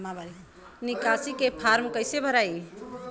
निकासी के फार्म कईसे भराई?